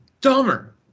dumber